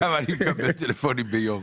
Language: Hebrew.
אתה יודע כמה טלפונים אני מקבל ביום?